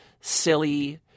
silly